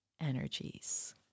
energies